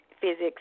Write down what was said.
physics